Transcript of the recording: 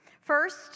First